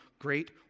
great